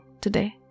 today